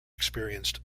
experienced